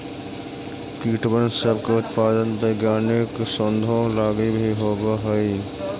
कीटबन सब के उत्पादन वैज्ञानिक शोधों लागी भी होब हई